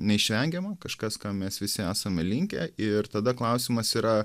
neišvengiama kažkas ką mes visi esame linkę ir tada klausimas yra